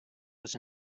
was